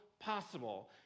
possible